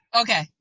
Okay